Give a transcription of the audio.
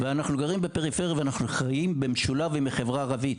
אנחנו גרים בפריפריה ואנחנו חיים במשולב עם החברה הערבית.